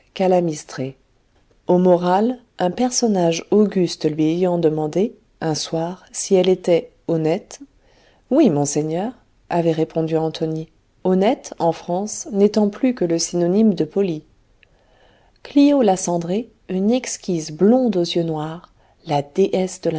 calamistrées au moral un personnage auguste lui ayant demandé un soir si elle était honnête oui monseigneur avait répondu antonie honnête en france n'étant plus que le synonyme de poli clio la cendrée une exquise blonde aux yeux noirs la déesse